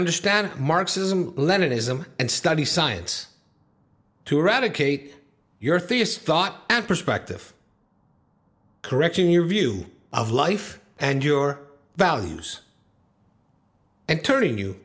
understand marxism leninism and study science to eradicate your theist thought and perspective correction your view of life and your values and turning you